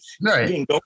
right